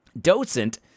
Docent